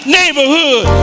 neighborhood